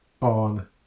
on